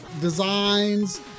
designs